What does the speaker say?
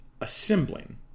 assembling